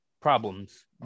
problems